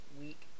week